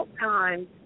time